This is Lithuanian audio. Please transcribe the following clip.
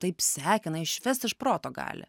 taip sekina išvest iš proto gali